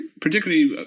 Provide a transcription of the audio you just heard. particularly